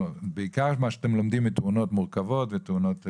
בעיקר את מה שאתם לומדים מתאונות מורכבות ומתאונות רגילות.